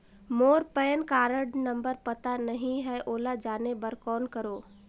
मोर PAN card number पता नहीं है, ओला जाने बर कौन करो?